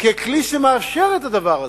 ככלי שמאפשר את הדבר הזה.